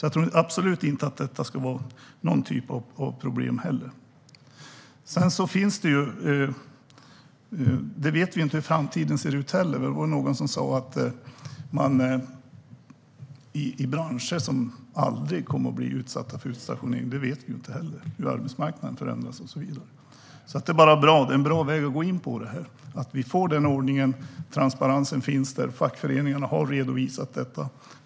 Jag tror alltså inte att detta är något problem. Vi vet inte hur framtiden ser ut. Någon sa att det finns branscher som aldrig kommer att bli utsatta för utstationering. Men vi vet ju inte hur arbetsmarknaden förändras. Därför är det en bra väg att gå in på att vi får denna ordning, att transparensen finns och att fackföreningarna har redovisat detta.